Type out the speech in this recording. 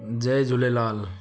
Jay Jhulelal